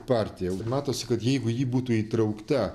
partija jau matosi kad jeigu ji būtų įtraukta